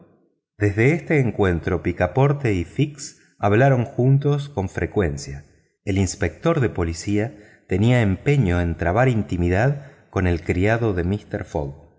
desde este encuentro picaporte y fix hablaron juntos con frecuencia el inspector de policía tenía empeño en trabar intimidad con el criado de mister fogg